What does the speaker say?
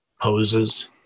poses